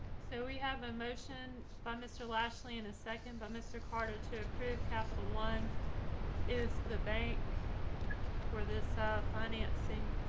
so we have a motion by mr. lashley and a second by mr. carter to approve capital one is the bank for this financing